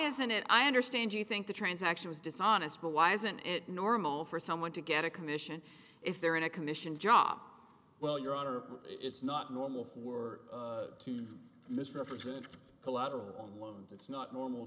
isn't it i understand you think the transaction was dishonest but why isn't it normal for someone to get a commission if they're in a commission job well it's not normal for misrepresenting collateral it's not normal